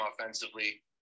offensively